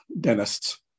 dentists